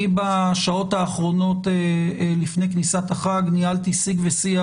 בשעות האחרונות לפני כניסת החג אני ניהלתי שיג ושיח